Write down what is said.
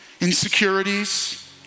insecurities